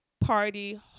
Party